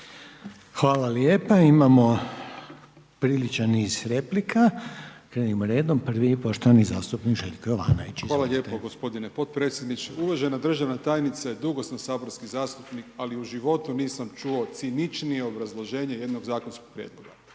Hvala lijepa, imamo priličan niz replika, krenimo redom, prvi je poštovani zastupnik Željko Jovanović, izvolite. **Jovanović, Željko (SDP)** Hvala lijepo gospodine potpredsjedniče. Uvažena državna tajnice, dugo sam saborski zastupnik ali u životu nisam čuo ciničnije obrazloženje jednog zakonskog prijedloga.